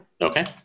Okay